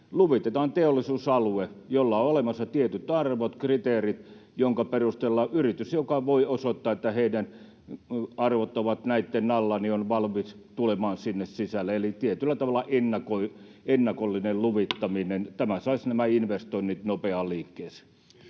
luvitetaan teollisuusalue, jolla on olemassa tietyt arvot, kriteerit, joiden perusteella yritys, joka voi osoittaa, että heidän arvonsa ovat näiden alla, on valmis tulemaan sinne sisälle. Eli tietyllä tavalla ennakollinen luvittaminen, tämä saisi nämä investoinnit nopeaan liikkeeseen.